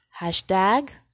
hashtag